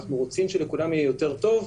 אנחנו רוצים שלכולם יהיה יותר טוב,